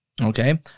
okay